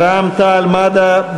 תודה.